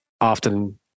often